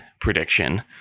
prediction